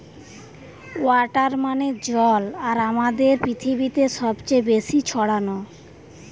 water মানে জল আর আমাদের পৃথিবীতে সবচে বেশি ছড়ানো